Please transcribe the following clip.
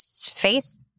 face